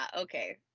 okay